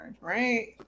right